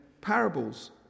parables